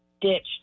ditched